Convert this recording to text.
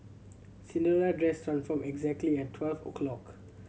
Cinderella dress transformed exactly at twelve o'clock